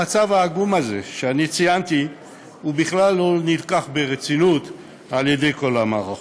המצב העגום הזה שאני ציינתי בכלל לא נלקח ברצינות על-ידי כל המערכות.